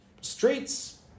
streets